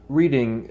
reading